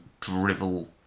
drivel